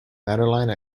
madeline